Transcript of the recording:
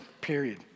period